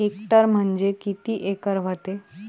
Hectare म्हणजे किती acre व्हते?